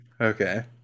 okay